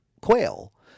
quail